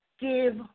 give